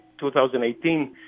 2018